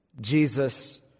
Jesus